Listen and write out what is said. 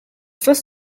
first